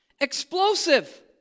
Explosive